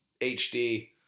HD